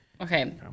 Okay